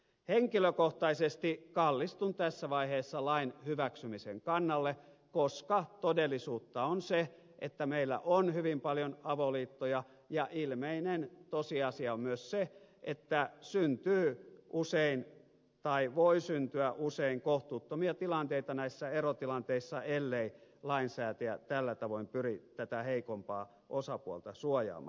henkilökohtaisesti kallistun tässä vaiheessa lain hyväksymisen kannalle koska todellisuutta on se että meillä on hyvin paljon avoliittoja ja ilmeinen tosiasia on myös se että usein voi syntyä kohtuuttomia tilanteita näissä erotilanteissa ellei lainsäätäjä tällä tavoin pyri heikompaa osapuolta suojaamaan